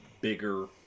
bigger